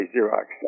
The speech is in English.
Xerox